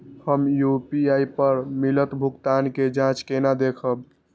हम यू.पी.आई पर मिलल भुगतान के जाँच केना देखब?